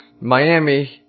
Miami